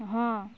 ହଁ